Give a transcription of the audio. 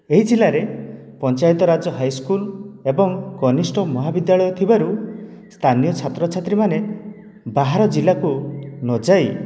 ଏହି ଜିଲ୍ଲାରେ ପଞ୍ଚାୟତରାଜ ହାଇସ୍କୁଲ ଏବଂ କନିଷ୍ଠ ମହାବିଦ୍ୟାଳୟ ଥିବାରୁ ସ୍ଥାନୀୟ ଛାତ୍ରଛାତ୍ରୀ ମାନେ ବାହାର ଜିଲ୍ଲାକୁ ନ ଯାଇ